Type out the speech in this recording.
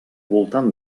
voltant